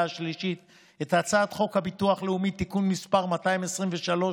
השלישית את הצעת חוק הביטוח הלאומי (תיקון מס' 223,